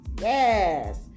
Yes